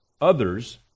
others